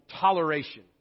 toleration